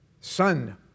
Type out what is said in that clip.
son